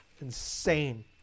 insane